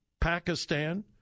Pakistan